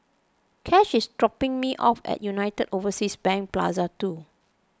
Kash is dropping me off at United Overseas Bank Plaza two